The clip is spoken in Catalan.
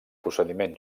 procediment